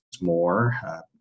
More